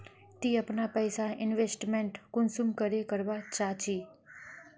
ती अपना पैसा इन्वेस्टमेंट कुंसम करे करवा चाँ चची?